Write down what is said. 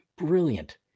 brilliant